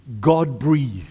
God-breathed